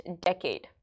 decade